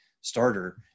starter